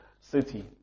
city